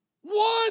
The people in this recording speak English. One